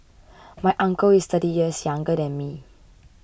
my uncle is thirty years younger than me